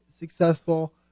successful